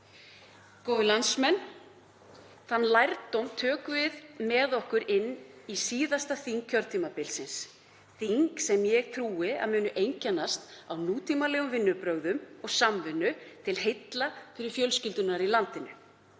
Góðir landsmenn. Þann lærdóm tökum við með okkur inn í síðasta þing kjörtímabilsins, þing sem ég trúi að muni einkennast af nútímalegum vinnubrögðum og samvinnu til heilla fyrir fjölskyldurnar í landinu.